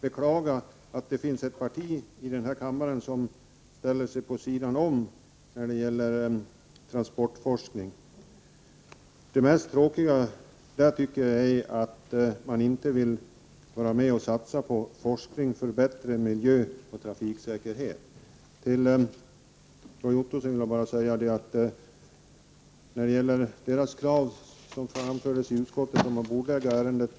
Fru talman! Först vill jag beklaga att det här i kammaren finns ett parti som ställer sig vid sidan om när det gäller transportforskning. Det tråkigaste är, tycker jag, att man inte vill vara med och satsa på forskning för bättre miljö och trafiksäkerhet. Till Roy Ottosson vill jag bara säga några ord om det krav som framförts i utskottet från miljöpartiet om att bordlägga ärendet.